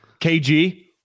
KG